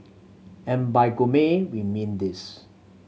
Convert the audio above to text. and by gourmet we mean this